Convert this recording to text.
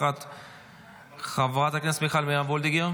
צגה, את רוצה לדבר?